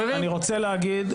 אני רוצה להגיד,